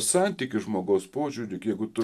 santykį žmogaus požiūriu jeigu tu